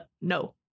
no